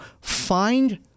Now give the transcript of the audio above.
find